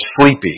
sleepy